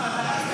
אם כן,